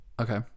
Okay